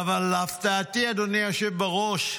אבל להפתעתי, אדוני היושב-ראש,